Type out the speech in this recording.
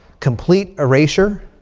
complete erasure.